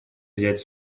взять